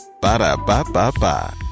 Ba-da-ba-ba-ba